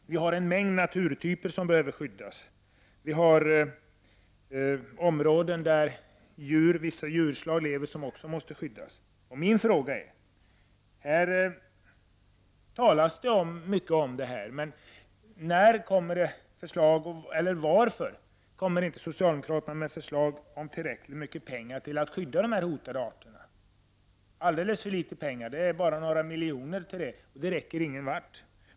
Vi har en mängd naturtyper som behöver skyddas, sade Jan Fransson, och vi har områden där vissa djurslag lever som också måste skyddas. Här talas det mycket om detta, men min fråga är: Varför kommer inte socialdemokraterna med förslag om tillräckligt mycket pengar för att skydda de här hotade arterna? Det ges alldeles för litet pengar till detta, bara några miljoner, och det räcker ingen vart.